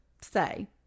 say